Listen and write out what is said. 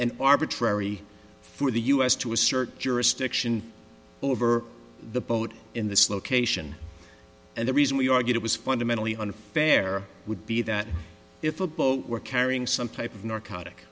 and arbitrary for the u s to assert jurisdiction over the boat in this location and the reason we argued it was fundamentally unfair would be that if a boat were carrying some type of narcotic